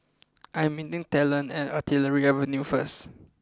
I am meeting Talon at Artillery Avenue first